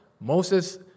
Moses